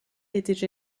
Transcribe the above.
étaient